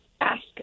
ask